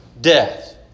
death